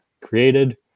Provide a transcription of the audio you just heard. created